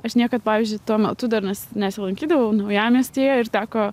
aš niekad pavyzdžiui tuo metu dar nesilankydavau naujamiestyje ir teko